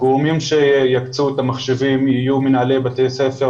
הגורמים שיקצו את המחשבים יהיו מנהלי בתי ספר